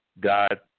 God